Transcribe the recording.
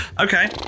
okay